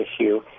issue